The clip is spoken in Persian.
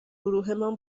گروهمان